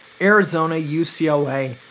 Arizona-UCLA